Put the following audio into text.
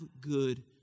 good